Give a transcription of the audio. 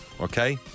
Okay